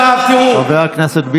עכשיו, תראו, קריאה: